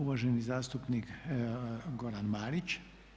Uvaženi zastupnik Goran Marić.